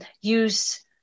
use